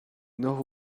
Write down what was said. nord